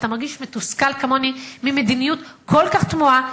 אתה מרגיש מתוסכל כמוני ממדיניות כל כך תמוהה,